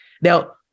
Now